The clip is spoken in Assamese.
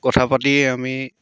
কথা পাতি আমি